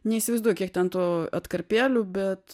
neįsivaizduoju kiek ten tų atkarpėlių bet